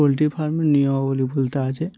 poultry ফার্মের নিয়মাবলি বলতে আছে